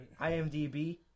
IMDb